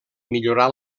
millorar